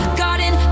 garden